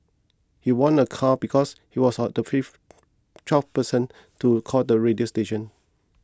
he won a car because he was the fifth twelfth person to call the radio station